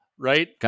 Right